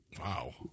wow